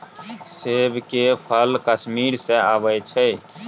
सेब के फल कश्मीर सँ अबई छै